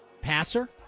passer